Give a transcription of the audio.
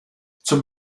zum